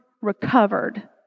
recovered